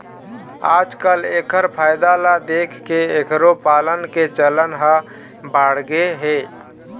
आजकाल एखर फायदा ल देखके एखरो पालन के चलन ह बाढ़गे हे